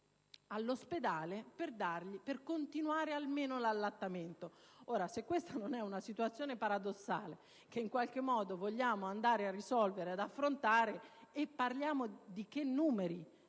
all'ospedale per continuare almeno l'allattamento. Ditemi se questa non è una situazione paradossale che in qualche modo dobbiamo andare a risolvere ad affrontare! E parliamo di numeri